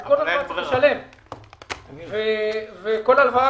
הרי על כל דבר צריך לשלם וכל הלוואה